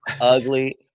Ugly